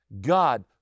God